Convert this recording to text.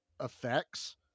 effects